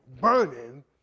burning